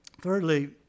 Thirdly